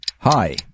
Hi